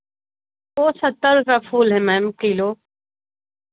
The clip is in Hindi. वह सत्तर रुपया फूल है मैम किलो